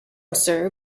sir